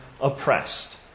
Oppressed